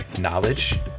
knowledge